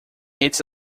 its